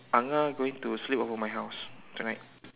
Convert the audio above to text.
angah going to sleep over at my house tonight